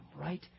right